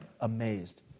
amazed